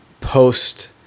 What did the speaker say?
post